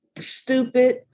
stupid